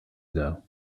ago